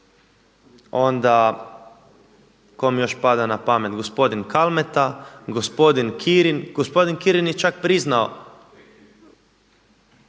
onda tko mi još pada na pamet, gospodin Kalmeta, gospodin Kirin. Gospodin Kirin je čak priznao,